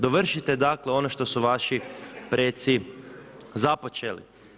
Dovršite dakle ono što su vaši preci započeli.